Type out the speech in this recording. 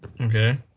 Okay